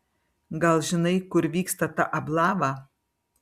gal žinai kur vyksta ta ablava